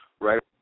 right